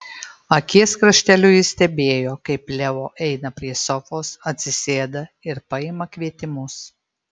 akies krašteliu ji stebėjo kaip leo eina prie sofos atsisėda ir paima kvietimus